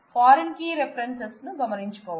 foreign key references గమనించుకోవాలి